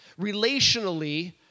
relationally